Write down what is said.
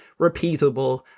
repeatable